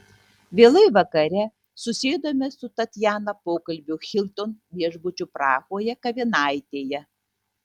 vėlai vakare susėdame su tatjana pokalbio hilton viešbučio prahoje kavinaitėje